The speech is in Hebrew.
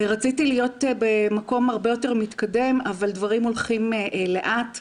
רציתי להיות במקום הרבה יותר מתקדם אבל דברים הולכים לאט,